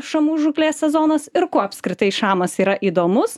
šamų žūklės sezonas ir kuo apskritai šamas yra įdomus